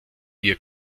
ihr